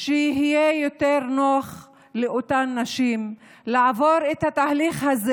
שיהיה יותר נוח לאותן נשים לעבור את התהליך הזה